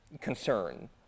concern